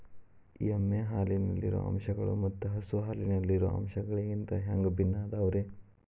ಎಮ್ಮೆ ಹಾಲಿನಲ್ಲಿರೋ ಅಂಶಗಳು ಮತ್ತ ಹಸು ಹಾಲಿನಲ್ಲಿರೋ ಅಂಶಗಳಿಗಿಂತ ಹ್ಯಾಂಗ ಭಿನ್ನ ಅದಾವ್ರಿ?